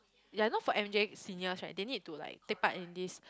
ya you know for M_J seniors right they need to like take part in this